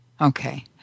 Okay